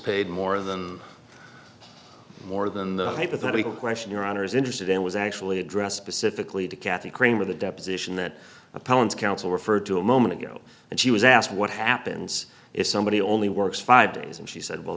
paid more than more than the hypothetical question your honor is interested in was actually address specifically to kathy kramer the deposition that opponents counsel referred to a moment ago and she was asked what happens if somebody only works five days and she said well